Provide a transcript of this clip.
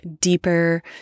deeper